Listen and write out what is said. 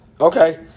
Okay